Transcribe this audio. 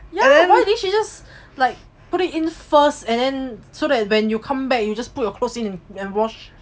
ya then why didn't she just like but put it in first and then so that when you come back you just put your clothes in and wash